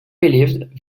believed